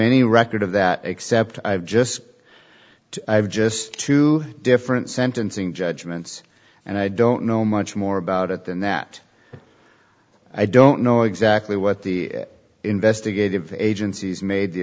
any record of that except i've just i've just two different sentencing judgments and i don't know much more about it than that i don't know exactly what the investigative agencies made the